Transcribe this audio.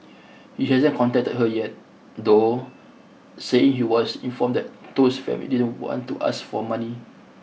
he hasn't contacted her yet though saying he was informed that Toh's family didn't want to ask for money